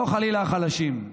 לא חלילה החלשים,